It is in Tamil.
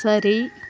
சரி